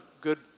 good